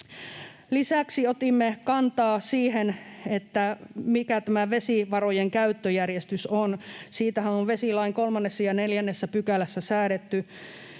Lisäksi otimme kantaa siihen, mikä tämä vesivarojen käyttöjärjestys on. Siitähän on vesilain 3 ja 4 §:ssä säädetty